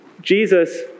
Jesus